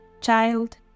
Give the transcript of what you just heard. Child